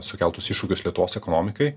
sukeltus iššūkius lietuvos ekonomikai